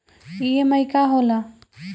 EMI का होला?